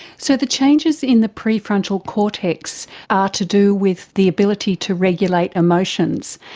so the changes in the prefrontal cortex are to do with the ability to regulate emotions.